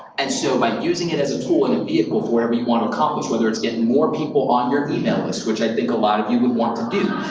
and so by using it as a tool and a vehicle for whatever you wanna accomplish, whether it's getting more people on your email list, which i think a lot of you will want to do.